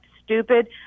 stupid